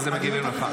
הם מגיבים לך.